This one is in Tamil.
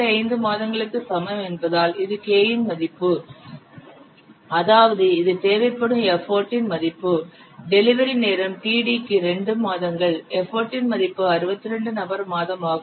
5 மாதங்களுக்கு சமம் என்பதால் இது K இன் மதிப்பு அதாவது இது தேவைப்படும் எஃபர்ட்டின் மதிப்பு டெலிவரி நேரம் td க்கு 2 மாதங்கள் எஃபர்ட்டின் மதிப்பு 62 நபர் மாதமாகும்